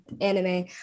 anime